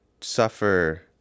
suffer